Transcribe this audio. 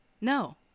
No